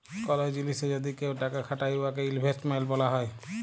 call জিলিসে যদি কেউ টাকা খাটায় উয়াকে ইলভেস্টমেল্ট ব্যলা হ্যয়